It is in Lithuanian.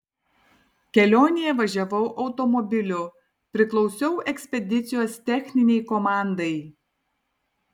kelionėje važiavau automobiliu priklausiau ekspedicijos techninei komandai